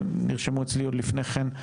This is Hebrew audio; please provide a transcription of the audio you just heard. נרשמו אצלי עוד לפני כן,